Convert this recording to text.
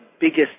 biggest